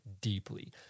deeply